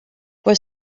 were